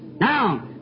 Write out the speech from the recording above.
Now